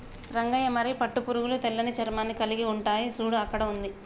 రంగయ్య మరి పట్టు పురుగులు తెల్లని చర్మాన్ని కలిలిగి ఉంటాయి సూడు అక్కడ ఉంది